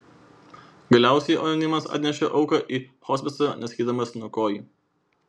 galiausiai anonimas atnešė auką į hospisą nesakydamas nuo ko ji